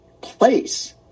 place